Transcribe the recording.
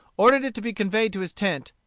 ordered it to be conveyed to his tent,